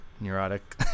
neurotic